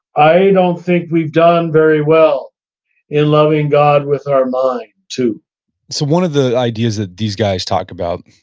i don't think we've done very well in loving god with our mind too so one of the ideas that these guys talk about,